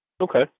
Okay